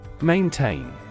Maintain